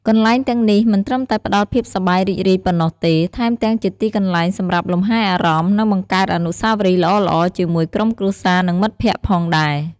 កន្លែងទាំងនេះមិនត្រឹមតែផ្ដល់ភាពសប្បាយរីករាយប៉ុណ្ណោះទេ ថែមទាំងជាទីកន្លែងសម្រាប់លំហែអារម្មណ៍ និងបង្កើតអនុស្សាវរីយ៍ល្អៗជាមួយក្រុមគ្រួសារ និងមិត្តភ័ក្តិផងដែរ។